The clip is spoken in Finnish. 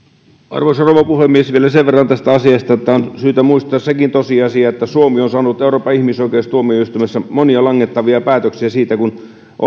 arvoisa rouva puhemies vielä sen verran tästä asiasta että on syytä muistaa sekin tosiasia että suomi on saanut euroopan ihmisoikeustuomioistuimessa monia langettavia päätöksiä siitä kun